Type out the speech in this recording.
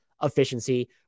Efficiency